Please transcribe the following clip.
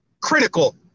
critical